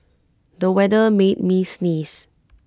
the weather made me sneeze